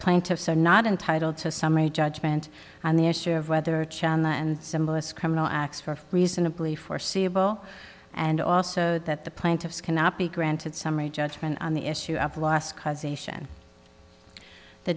plaintiffs are not entitled to a summary judgment on the issue of whether china and symbolist criminal acts for reasonably foreseeable and also that the plaintiffs cannot be granted summary judgment on the issue of lost cause ation the